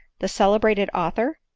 the celebrated author?